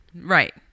right